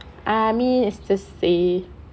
I mean it's just a